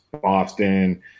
Boston